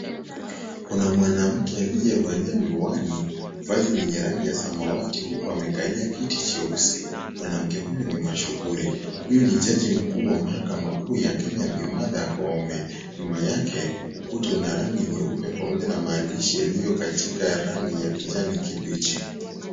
Kuna mwanamke aliyevalia mihiwani vazi lenye rangi ya samawati huku akikalia kiti jeusi, mwanamkke huyu ni mashuhuri, huyu ni jaji mkuu wa mahakama kuu ya Kenya Martha Koome , nyuma yake ukuta una rangi nyeupe pamoja na maandishi yaliyokatika rangi ya kijani kibichi.